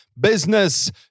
business